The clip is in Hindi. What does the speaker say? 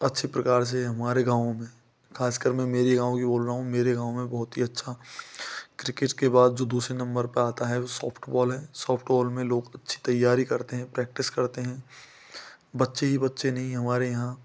अच्छे प्रकार से हमारे गाँव में खासकर के मैं मेरे गाँव की बोल रहा हूँ मेरे गाँव में बहुत ही अच्छा क्रिकेट के बाद जो दूसरे नम्बर पर आता है वह सॉफ्टवॉल है सॉफ्टवॉल में लोग अच्छी तैयारी करते हैं प्रैक्टिस करते हैं बच्चे हीं बच्चे नहीं हमारे यहाँ